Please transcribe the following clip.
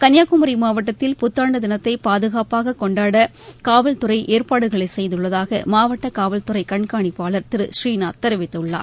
கன்னியாகுமரி மாவட்டத்தில் புத்தாண்டு தினத்தை பாதுகாப்பாக கொண்டாட காவல்துறை ஏற்பாடுகளை செய்துள்ளதாக மாவட்ட காவல்துறை கண்காணிப்பாளர் திரு ஸ்ரீநாத் தெரிவித்துள்ளார்